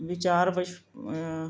ਵਿਚਾਰ